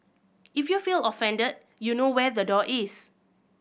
if you feel offended you know where the door is